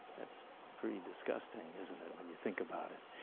that's pretty disgusting, isn't it, when you think about it?